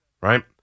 Right